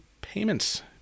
payments